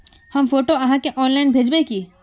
हम फोटो आहाँ के ऑनलाइन भेजबे की?